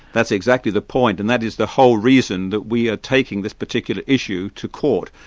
that's exactly the point, and that is the whole reason that we are taking this particular issue to court,